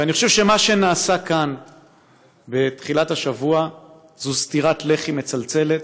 ואני חושב שמה שנעשה כאן בתחילת השבוע זה סטירת לחי מצלצלת,